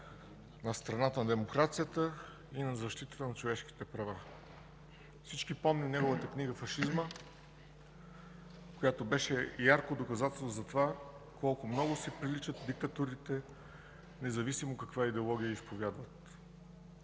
на страната на демокрацията и на защитата на човешките права. Всички помним неговата книга „Фашизмът”, която беше ярко доказателство за това колко много си приличат диктатурите, независимо каква идеология изповядват.